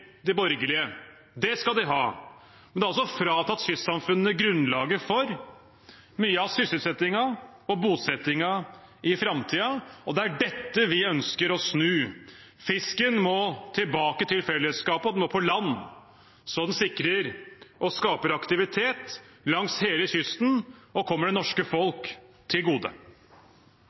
de borgerlige – det skal de ha. Men det har altså fratatt kystsamfunnene grunnlaget for mye av sysselsettingen og bosettingen i framtiden, og det er dette vi ønsker å snu. Fisken må tilbake til fellesskapet, og den må på land, så den sikrer og skaper aktivitet langs hele kysten og kommer det norske folk til gode.